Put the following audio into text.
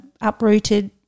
uprooted